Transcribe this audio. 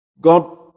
God